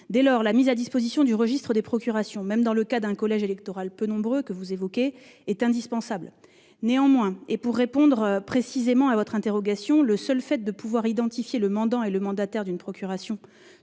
Dès lors, la mise à disposition du registre des procurations, même dans le cas que vous évoquez d'un collège électoral peu nombreux, est indispensable. Néanmoins, pour répondre précisément à votre interrogation, le seul fait de pouvoir identifier le mandant et le mandataire d'une procuration